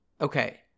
okay